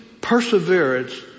perseverance